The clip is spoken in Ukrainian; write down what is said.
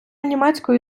німецької